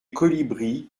colibris